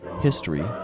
history